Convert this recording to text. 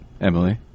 Emily